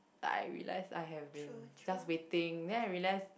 like I realize I have been just waiting then I realize